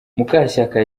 mukashyaka